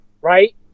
right